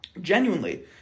genuinely